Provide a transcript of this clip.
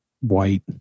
white